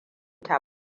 ta